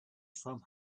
from